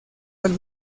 del